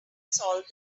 solved